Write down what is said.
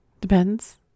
depends